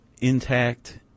intact